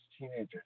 teenagers